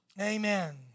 Amen